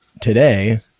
today